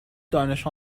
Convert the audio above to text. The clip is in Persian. دانش